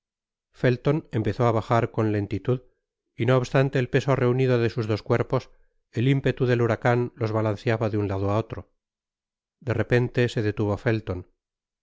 felton empezó á bajar con lentitud y no obstante el peso reunido de sus dos cuerpos el impetu del huracan los balanceaba de un lado á otro de repente se detuvo felton